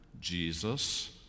jesus